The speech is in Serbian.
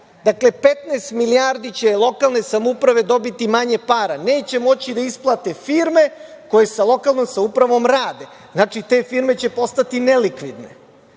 Dakle, 15 milijardi će lokalne samouprave dobiti manje para. Neće moći da isplate firme koje sa lokalnom samoupravom rade. Znači, te firme će postati nelikvidne.Zašto